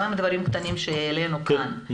גם הדברים הקטנים שהעלינו כאן,